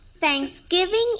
Thanksgiving